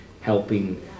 helping